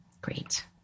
Great